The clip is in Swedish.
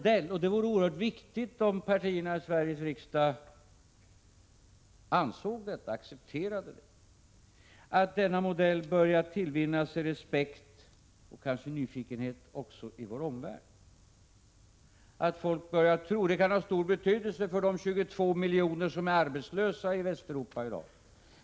Det vore värdefullt om partierna i Sveriges riksdag accepterade att den svenska modellen börjat tillvinna sig respekt och kanske också nyfikenhet i vår omvärld. Det kan ha stor betydelse för de 22 miljoner människor i Västeuropa som för närvarande är arbetslösa.